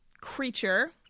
creature